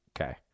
okay